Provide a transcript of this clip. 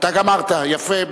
אתה גמרת, יפה.